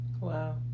Wow